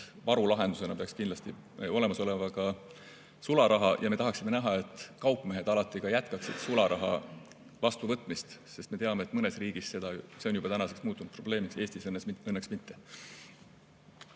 varulahendusena peaks kindlasti olemas olema ka sularaha ja me tahame näha, et kaupmehed alati jätkaksid sularaha vastuvõtmist. Me teame, et mõnes riigis on see juba muutunud probleemiks, Eestis õnneks mitte.